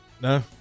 No